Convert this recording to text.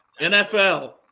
NFL